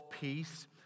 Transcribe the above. peace